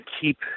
keep